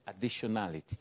Additionality